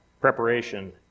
preparation